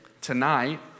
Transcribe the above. tonight